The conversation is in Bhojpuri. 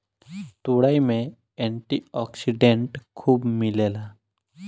तुरई में एंटी ओक्सिडेंट खूब मिलेला